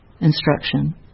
instruction